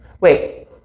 Wait